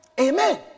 Amen